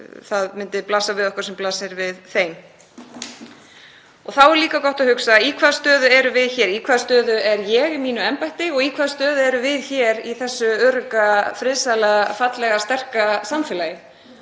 það myndi blasa við okkur sem blasir við þeim. Þá er líka gott að hugsa: Í hvaða stöðu erum við hér? Í hvaða stöðu er ég í mínu embætti og í hvaða stöðu erum við hér í þessu örugga, friðsæla, fallega og sterka samfélagi?